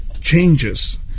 changes